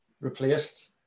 replaced